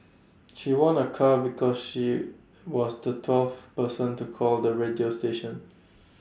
she won A car because she was the twelfth person to call the radio station